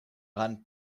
rand